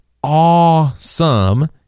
awesome